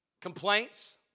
Complaints